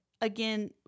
again